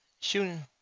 shooting